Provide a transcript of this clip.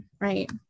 right